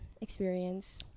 experience